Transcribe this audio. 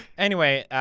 anyway, ah,